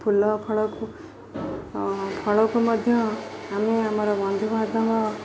ଫୁଲ ଫଳକୁ ଫଳକୁ ମଧ୍ୟ ଆମେ ଆମର ବନ୍ଧୁବାନ୍ଧବ